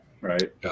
right